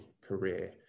career